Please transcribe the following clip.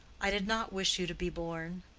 i did not wish you to be born.